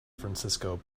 francisco